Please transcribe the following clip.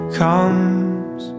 comes